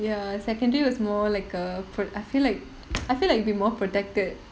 ya secondary was more like a pro~ I feel like I feel like you will be more protected